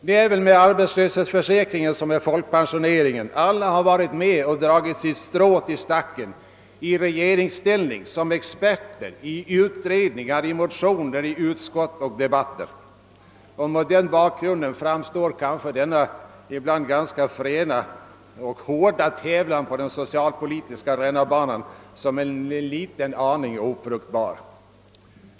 Det är väl med arbetslöshetsförsäkringen som med folkpensioneringen: alla har varit med och dragit sitt strå till stacken — i regeringsställning, som experter, i utredningar, som motionärer, i utskott och i debatter. Mot den bakgrunden framstår denna ibland ganska fräna och hårda tävlan på den socialpolitiska rännarbanan som en aning ofruktbar.